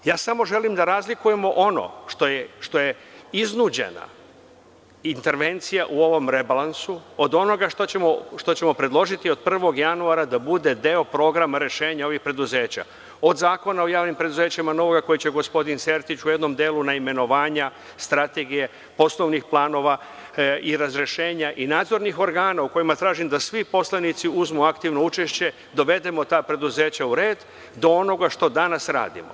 Ja samo želim da razlikujemo ono što je iznuđena intervencija u ovom rebalansu od onoga što ćemo predložiti od 1. januara da bude deo programa rešenja ovih preduzeća, od novog zakona o javnim preduzećima koji će gospodin Sertić u jednom delu, na imenovanja, strategije, poslovnih planova i razrešenja i nadzornih organa, u kojima tražim da svi poslanici uzmu aktivno učešće i dovedemo ta preduzeća u red, do onoga što danas radimo.